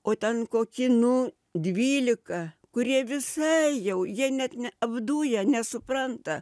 o ten koki nu dvylika kurie visai jau jie net ne apduję nesupranta